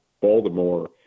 Baltimore